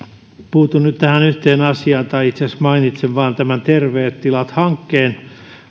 puutun nyt tähän yhteen asiaan tai itse asiassa mainitsen vaan tämän terveet tilat hankkeen